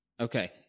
Okay